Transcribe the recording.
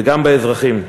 וגם האזרחים.